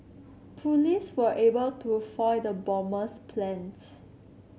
police were able to foil the plans